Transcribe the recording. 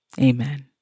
Amen